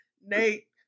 Nate